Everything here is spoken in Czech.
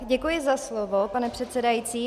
Děkuji za slovo, pane předsedající.